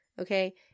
Okay